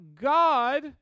God